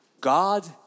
God